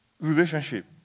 relationship